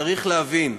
צריך להבין: